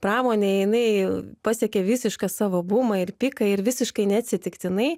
pramonė jinai pasiekė visišką savo bumą ir piką ir visiškai neatsitiktinai